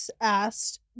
asked